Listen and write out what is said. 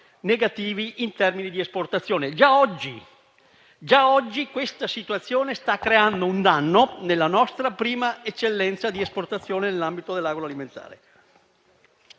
danni in termini di esportazione: già oggi questa situazione sta creando un danno nella nostra prima eccellenza di esportazione nell'ambito dell'agroalimentare.